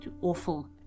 awful